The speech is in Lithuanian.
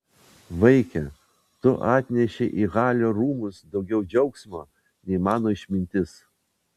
vaike tu atnešei į halio rūmus daugiau džiaugsmo nei mano išmintis